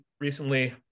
recently